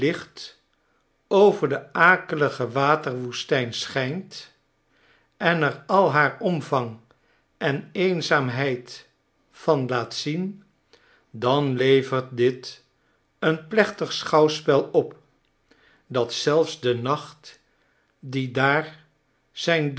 over de akelige waterwoestijn schijnt en er al haar omvang en eenzaamheid van laat zien dan levert diteen plechtig schouwspel op dat zelfs denacht die daar zijn